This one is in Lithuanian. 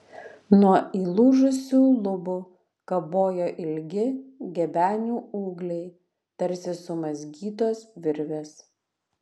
nuo įlūžusių lubų kabojo ilgi gebenių ūgliai tarsi sumazgytos virvės